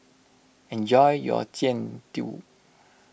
enjoy your Jian Dui